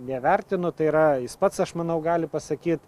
nevertinu tai yra jis pats aš manau gali pasakyt